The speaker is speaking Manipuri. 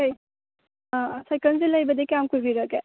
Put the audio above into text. ꯑꯥ ꯑꯥ ꯁꯥꯏꯀꯜꯁꯦ ꯂꯩꯕꯗꯤ ꯀꯌꯥꯝ ꯀꯨꯏꯕꯤꯔꯒꯦ